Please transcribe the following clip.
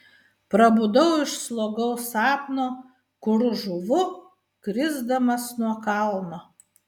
prabudau iš slogaus sapno kur žūvu krisdamas nuo kalno